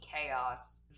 chaos